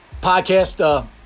podcast